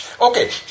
Okay